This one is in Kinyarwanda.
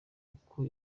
uko